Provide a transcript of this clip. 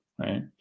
right